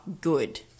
good